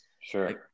Sure